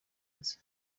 nzi